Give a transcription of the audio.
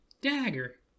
Dagger